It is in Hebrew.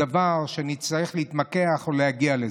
דבר שצריך להתמקח או להגיע לזה.